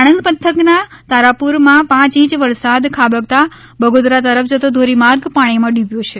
આણંદ પંથકના તારાપુરમાં પાંચ ઇંચ વરસાદ ખાબકતાં બગોદરા તરફ જતો ધોરીમાર્ગ પાણીમાં ડૂબ્યો છે